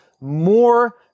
more